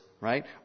right